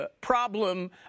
problem